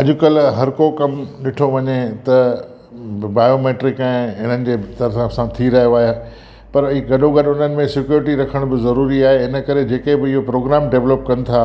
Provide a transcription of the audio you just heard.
अॼुकल्ह हर को कमु ॾिठो वञे त बि बायोमेट्रिक ऐं इन्हनि हिसाब सां थी रहियो आहे पर ई गॾोगॾु इन्हनि में सिक्योरिटी रखण बि ज़रूरी आहे इनकरे जेके बि इहे प्रोग्राम डेवलॉप कनि था